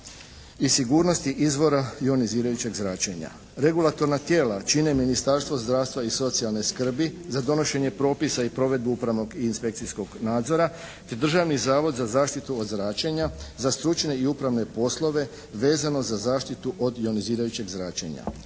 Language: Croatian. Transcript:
i sigurnosti izvora ionizirajućeg zračenja. Regulatorna tijela čine Ministarstvo zdravstva i socijalne skrbi za donošenje propisa i provedbu upravnog i inspekcijskog nadzora, te Državni zavod za zaštitu od zračenja za stručne i upravne poslove vezano za zaštitu od ionizirajućeg zračenja,